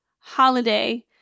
Holiday